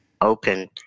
open